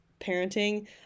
parenting